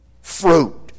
fruit